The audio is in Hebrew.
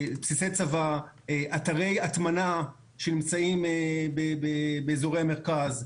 בסיסי צבא, אתרי הטמנה שנמצאים באזורי המרכז,